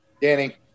Danny